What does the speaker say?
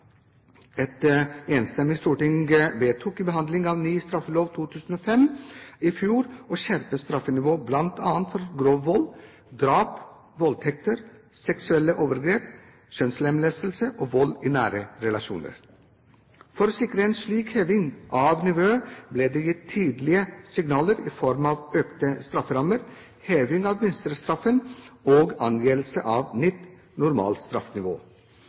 Et enstemmig storting vedtok i behandlingen av ny straffelov 2005 i fjor å skjerpe straffenivået bl.a. for grov vold, drap, voldtekter, seksuelle overgrep, kjønnslemlestelse og vold i nære relasjoner. For å sikre en slik heving av nivået ble det gitt tydelige signaler i form av økte strafferammer, heving av minstestraffen og anvendelse av